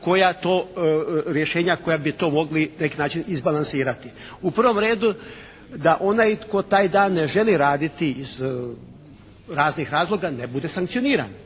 koja to rješenja koja bi to mogli na neki način izbalansirati. U prvom redu da onaj tko taj dan ne želi raditi iz raznih razloga ne bude sankcioniran.